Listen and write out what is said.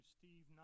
Steve